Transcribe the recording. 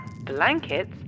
Blanket's